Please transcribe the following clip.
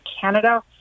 Canada